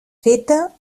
feta